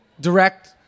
direct